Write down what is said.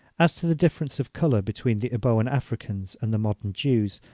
as to the difference of colour between the eboan africans and the modern jews,